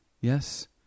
Yes